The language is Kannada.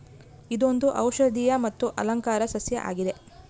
ಇದೊಂದು ಔಷದಿಯ ಮತ್ತು ಅಲಂಕಾರ ಸಸ್ಯ ಆಗಿದೆ